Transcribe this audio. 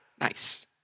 nice